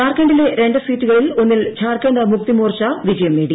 ജാർഖണ്ഡിലെ രണ്ടു സീറ്റുകളിൽ ഒന്നിൽ ജാർഖണ്ഡ് മുക്തി മോർച്ച വിജയം നേടി